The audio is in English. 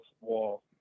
wall